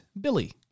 Billy